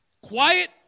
quiet